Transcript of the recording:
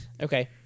Okay